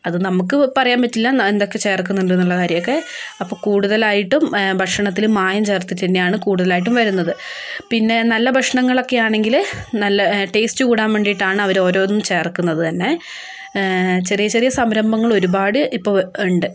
അതു നമുക്ക് പറയാൻ പറ്റില്ല എന്തൊക്കെ ചേർക്കുന്നുണ്ട് എന്നുള്ള കാര്യമൊക്കെ അപ്പോൾ കൂടുതലായിട്ടും ഭക്ഷണത്തിൽ മായം ചേർത്തിട്ടു തന്നെയാണ് കൂടുതലായിട്ടും വരുന്നത് പിന്നെ നല്ല ഭക്ഷണങ്ങളൊക്കെയാണെങ്കിൽ നല്ല ടേസ്റ്റ് കൂടാൻ വേണ്ടിയിട്ടാണ് അവർ ഓരോന്നും ചേർക്കുന്നതു തന്നെ ചെറിയ ചെറിയ സംരംഭങ്ങൾ ഒരുപാട് ഇപ്പോൾ ഉണ്ട്